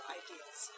ideas